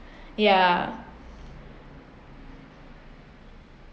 yeah